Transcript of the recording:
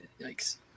yikes